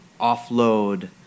offload